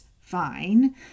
fine